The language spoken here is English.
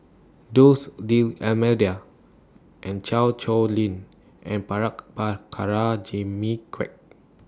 dose D'almeida Chan Sow Lin and Jimmy Quek